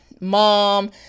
mom